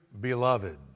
beloved